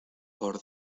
por